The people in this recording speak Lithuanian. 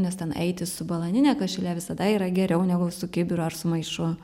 nes ten eiti su balanine kašile visada yra geriau negu su kibiru ar su maišu